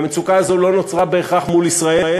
והמצוקה הזאת לא נוצרה בהכרח מול ישראל,